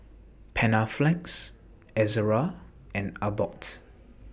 Panaflex Ezerra and Abbott